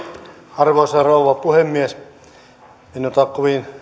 arvoisa rouva puhemies en ota kovin